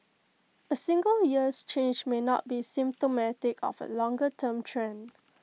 A single year's change may not be symptomatic of A longer term trend